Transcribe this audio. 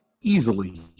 easily